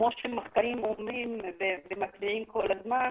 כפי שמחקרים אומרים ומתריעים כל הזמן,